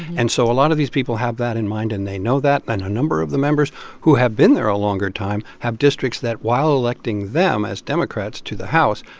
and so a lot of these people have that in mind, and they know that. and a number of the members who have been there a longer time have districts that, while electing them as democrats to the house,